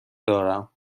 دارم